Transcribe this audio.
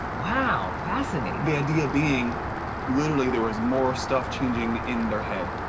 wow, fascinating. the idea being literally there was more stuff changing in their head,